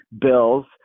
bills